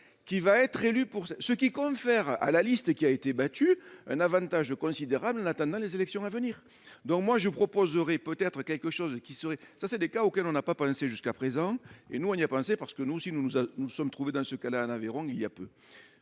qui va être élu pour ce qui confère à la liste qui a été battu, un Avantage considérable en attendant les élections à venir, donc moi je proposerai peut-être quelque chose qui serait ça c'est des cas auquel on n'a pas pensé jusqu'à présent, et nous on y a pensé, parce que nous aussi, nous allons nous sommes trouvés dans ce cas-là en Aveyron il y a peu,